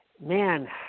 man